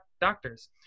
doctors